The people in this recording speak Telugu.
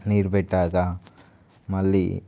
నీరు పెట్టాక మళ్ళీ